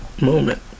moment